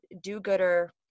do-gooder